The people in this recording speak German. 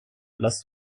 las